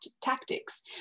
tactics